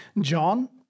John